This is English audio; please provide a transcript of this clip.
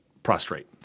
Prostrate